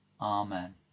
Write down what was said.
Amen